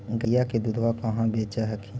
गया के दूधबा कहाँ बेच हखिन?